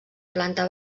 planta